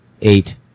eight